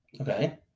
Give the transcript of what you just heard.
Okay